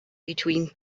between